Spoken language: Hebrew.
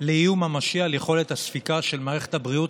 לאיום ממשי על יכולת הספיקה של מערכת הבריאות,